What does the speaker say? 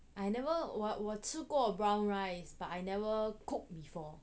I never 我我吃过 brown rice but I never cook before